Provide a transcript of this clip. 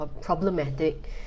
problematic